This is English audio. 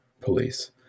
police